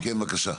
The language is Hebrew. כן, בבקשה.